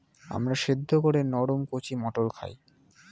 আমরা সেদ্ধ করে নরম কচি মটর খাই